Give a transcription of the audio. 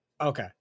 Okay